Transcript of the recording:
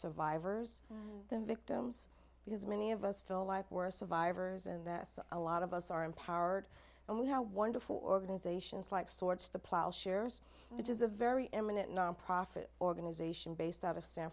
survivors the victims because many of us feel like we're survivors and a lot of us are empowered and we are wonderful organizations like swords to plowshares which is a very eminent nonprofit organization based out of san